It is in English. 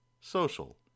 Social